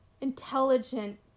intelligent